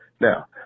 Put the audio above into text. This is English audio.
Now